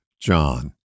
John